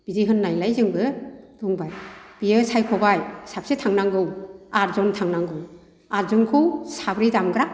बिदि होननायलाय जोंबो बुंबाय बियो सायख'बाय साबैसे थांनांगौ आदजन थांनांगौ आदजनखौ साब्रै दामग्रा